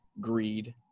greed